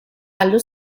allo